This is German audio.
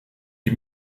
die